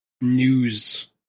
news